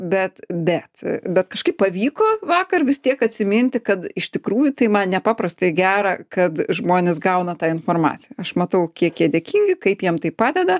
bet bet bet kažkaip pavyko vakar vis tiek atsiminti kad iš tikrųjų tai man nepaprastai gera kad žmonės gauna tą informaciją aš matau kiek jie dėkingi kaip jiem tai padeda